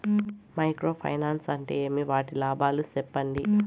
Micro finance అంటే ఏమి? వాటి లాభాలు సెప్పండి?